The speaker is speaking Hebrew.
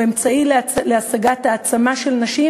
הוא אמצעי להעצמה של נשים,